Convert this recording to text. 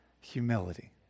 humility